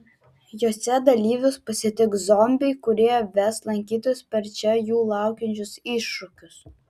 jose dalyvius pasitiks zombiai kurie ves lankytojus per čia jų laukiančius iššūkius